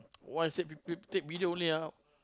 what I say p~ take video only ah